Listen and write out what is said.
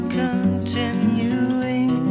continuing